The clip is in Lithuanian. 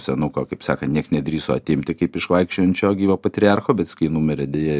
senuko kaip sakant nieks nedrįso atimti kaip iš vaikščiojančio gyvo patriarcho bet jis kai numirė deja